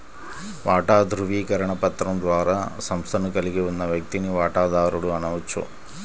వాటా ధృవీకరణ పత్రం ద్వారా సంస్థను కలిగి ఉన్న వ్యక్తిని వాటాదారుడు అనవచ్చు